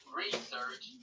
research